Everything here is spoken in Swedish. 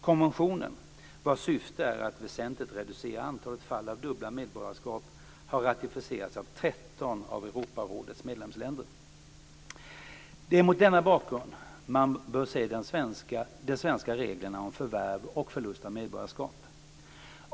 Konventionen, vars syfte är att väsentligt reducera antalet fall av dubbla medborgarskap, har ratificerats av 13 av Europarådets medlemsländer. Det är mot denna bakgrund man bör se de svenska reglerna om förvärv och förlust av medborgarskap.